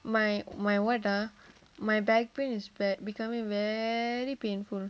my my what ah my back pain is be~ becoming very painful